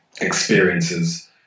experiences